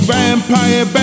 Vampire